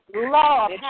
love